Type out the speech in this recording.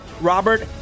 Robert